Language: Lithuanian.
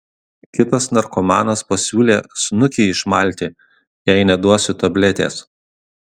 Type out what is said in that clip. kitas narkomanas pasiūlė snukį išmalti jei neduosiu tabletės